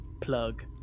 Plug